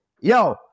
yo